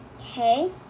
Okay